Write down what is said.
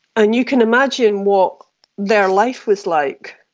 and you can imagine what their life was like.